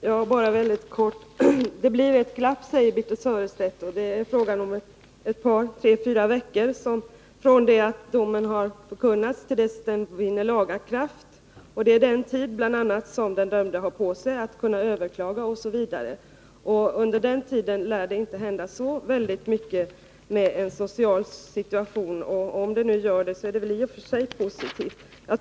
Herr talman! Jag skall fatta mig mycket kort. Det blir ett glapp, säger Birthe Sörestedt. Det är fråga om ett par, kanske tre fyra veckor från det att domen har förkunnats till dess att den vunnit laga kraft. Det är den tid som den dömde har på sig att överklaga, osv. Under den tiden lär det, när det gäller den sociala situationen, inte hända särskilt mycket. Men om så skulle vara fallet, är väl det i och för sig positivt.